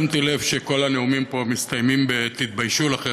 שמתי לב שכל הנאומים פה מסתיימים ב"תתביישו לכם",